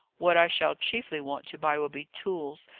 what i shall chiefly want to buy will be tools,